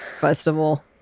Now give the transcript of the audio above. festival